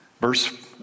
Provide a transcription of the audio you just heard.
Verse